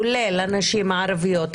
כולל הנשים הערביות,